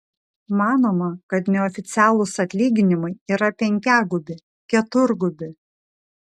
manoma kad neoficialūs atlyginimai yra penkiagubi keturgubi